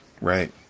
Right